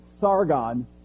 Sargon